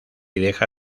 deja